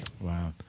Wow